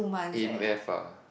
add math ah